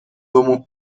domo